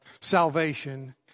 salvation